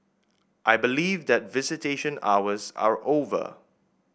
I believe that visitation hours are over